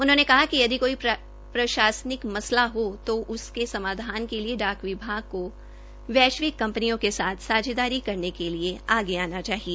उन्होंने कहा कि यदि कोई प्रशासनिक मसला हो तो उसे समाधान के लिए डाकघरों को वैश्विक कंपनियों के साथ सांझेदारी करने के लिए आगे आना चाहिए